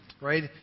right